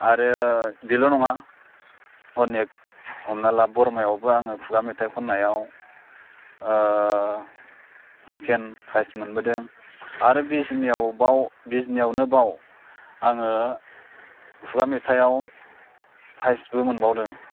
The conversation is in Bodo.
आरो बेल' नङा अनेक हमना ला बर'मायावबो आङो खुगा मेथाइ खन्नायाव सेकेण्ड प्राइज मोनबोदों आरो बिजनिआवबाव बिजनियावनोबाव आङो खुगा मेथाइआव प्राइजबो मोनबावदों